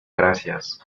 gracias